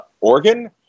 Oregon